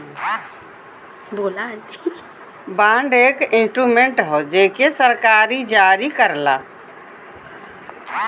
bond एक instrument हौ जेके सरकार जारी करला